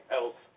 else